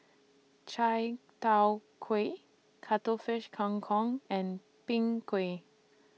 Chai Tow Kuay Cuttlefish Kang Kong and Png Kueh